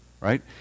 right